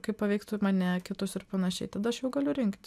kaip paveiktų mane kitus ir panašiai tada aš jau galiu rinktis